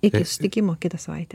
iki susitikimo kitą savaitę